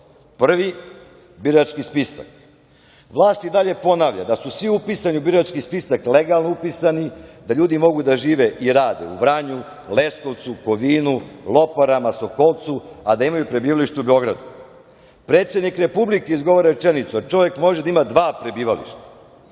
Prvi birački spisak. Vlast i danje ponavlja da su svi upisani u birački spisak legalno upisani, da ljudi mogu da žive i rade u Vranju, Leskovcu, Kovinu, Loparama, Sokolcu, a da imaju prebivalište u Beogradu. Predsednik Republike izgovara rečenicu – da čovek može da ima dva prebivališta. Tvrdite